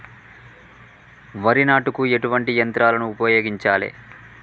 వరి నాటుకు ఎటువంటి యంత్రాలను ఉపయోగించాలే?